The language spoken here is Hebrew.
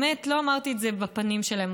לא אמרתי את זה בפנים שלהם,